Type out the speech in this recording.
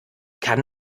kann